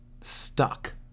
stuck